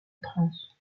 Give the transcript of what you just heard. trance